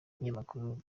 ikinyamakuru